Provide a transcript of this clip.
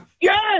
Yes